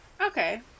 Okay